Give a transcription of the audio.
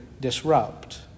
disrupt